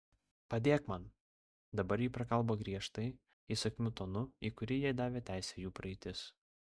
padėk man dabar ji prakalbo griežtai įsakmiu tonu į kurį jai davė teisę jų praeitis